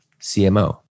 CMO